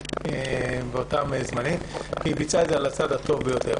אלא היא ביצעה את זה על הצד הטוב ביותר.